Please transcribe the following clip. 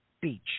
Beach